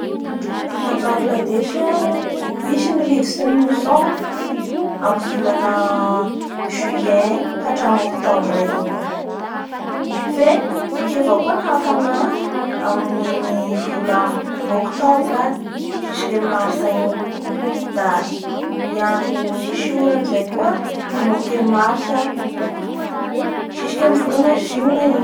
Gna bangladesy ao misy ny rivotsy ny MOUSSON amin'ny volana Juin ka hatramin'ny Octobre igny. Fe misy avao koa ny hafana amin'igny volana Octobra jusque amin'ny Mars igny da ny andro misy ora amizay koa manomboky amin'ny Mars a jusque amin'ny volana Jiona igny